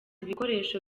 ibikoresho